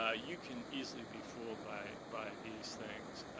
ah you can easily be fooled by by these things.